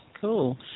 cool